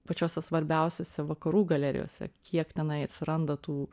pačiose svarbiausiose vakarų galerijose kiek tenai atsiranda tų